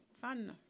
Fun